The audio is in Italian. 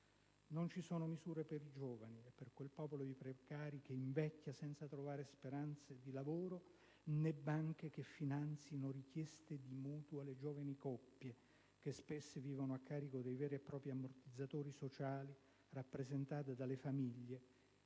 Non ci sono misure per i giovani e per quel popolo di precari che invecchia senza trovare speranze di lavoro, né banche che finanzino richieste di mutuo alle giovani coppie, che spesso vivono a carico dei veri e propri ammortizzatori sociali, che altro non sono che le famiglie